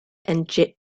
and